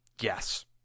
yes